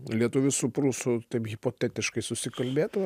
ar lietuvis su prūsu taip hipotetiškai susikalbėtų